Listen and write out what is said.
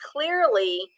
clearly